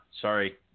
sorry